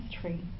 tree